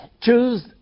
choose